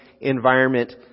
environment